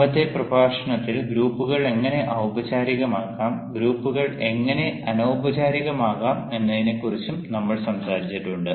മുമ്പത്തെ പ്രഭാഷണത്തിൽ ഗ്രൂപ്പുകൾ എങ്ങനെ ഔപചാരികമാക്കാം ഗ്രൂപ്പുകൾ എങ്ങനെ അനൌപചാരികമാകാം എന്നതിനെക്കുറിച്ചും നമ്മൾ സംസാരിച്ചിട്ടുണ്ട്